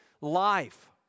life